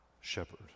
shepherd